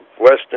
Western